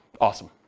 Awesome